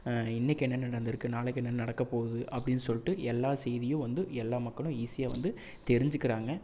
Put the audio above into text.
இன்னைக்கி என்னென்ன நடந்திருக்கு நாளைக்கு என்னென்ன நடக்க போகுது அப்டின்னு சொல்லிட்டு எல்லா செய்தியும் வந்து எல்லா மக்களும் ஈஸியாக வந்து தெரிஞ்சிக்கிறாங்க